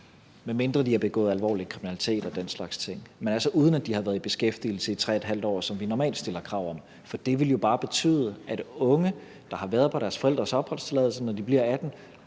medmindre de har begået alvorlig kriminalitet og den slags ting. Men det gælder altså, uden at de har været i beskæftigelse i 3½ år, som vi normalt stiller krav om. For det ville jo bare betyde, at unge, der har været knyttet til deres forældres opholdstilladelse, når de bliver 18